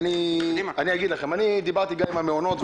אני דיברתי גם עם המעונות,